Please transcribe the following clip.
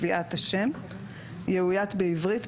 והשם יאוית בעברית,